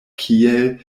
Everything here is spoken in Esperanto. kiel